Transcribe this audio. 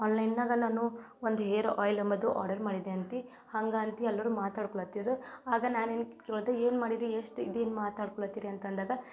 ಆನ್ಲೈನ್ನಾಗೆ ನಾನು ಒಂದು ಹೇರ್ ಆಯ್ಲ್ ಎಂಬುದು ಆರ್ಡರ್ ಮಾಡಿದ್ದೆ ಅಂತ ಹಂಗೆ ಅಂತ ಎಲ್ಲರೂ ಮಾತಾಡ್ಕೊಳ್ಳುತ್ತಿದ್ರು ಆಗ ನಾನು ಏನು ಕೇಳ್ದೆ ಏನು ಮಾಡಿದ್ರಿ ಎಷ್ಟು ಇದೇನು ಮಾತಾಡ್ಕೊಳ್ಳುತ್ತೀರಿ ಅಂತ ಅಂದಾಗ